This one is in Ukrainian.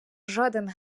жоден